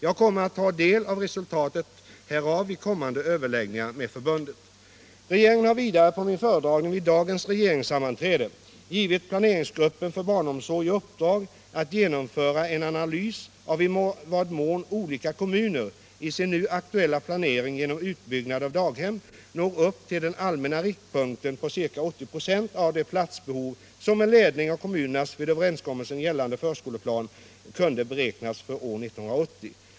Jag kommer att ta del av resultatet härav vid kommande överläggningar med förbundet. Regeringen har vidare på min föredragning vid dagens regeringssammanträde givit planeringsgruppen för barnomsorg i uppdrag att genomföra en analys av i vad mån olika kommuner i sin nu aktuella planering genom utbyggnad av daghem når upp till den allmänna riktpunkten på ca 80 26 av det platsbehov som med ledning av kommunernas vid överenskommelsen gällande förskoleplan kunde beräknas för år 1980.